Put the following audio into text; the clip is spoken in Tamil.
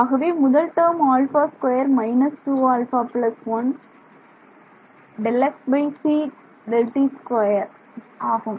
ஆகவே முதல் டேர்ம் ஆகும்